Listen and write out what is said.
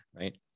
right